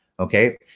Okay